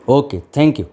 okay thank you